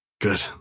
good